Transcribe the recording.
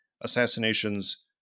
assassinations